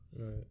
Right